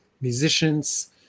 musicians